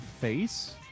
face